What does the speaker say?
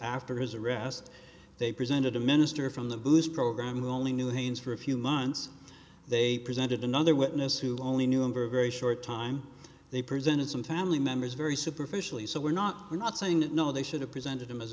after his arrest they presented a minister from the blues program who only knew haynes for a few months they presented another witness who only knew him for a very short time they presented some timely members very superficially so we're not we're not saying that no they should have presented him as